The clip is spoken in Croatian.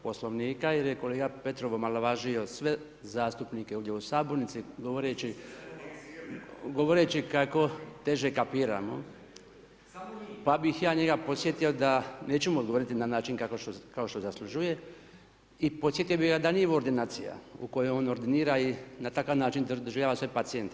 Poslovnika jer je kolega Petrov omalovažio sve zastupnike ovdje u sabornici govoreći kako teže kapiramo, [[Upadica: Samo vi.]] pa bih ja njega podsjetio da neću mu odgovoriti na način kao što zaslužuje i podsjetio bi ga da nije ovo ordinacija u kojoj on ordinira i na takav način doživljava sve pacijente.